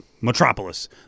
metropolis